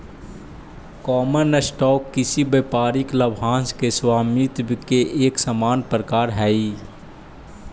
common stock किसी व्यापारिक लाभांश के स्वामित्व के एक सामान्य प्रकार हइ